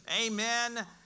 amen